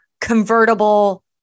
convertible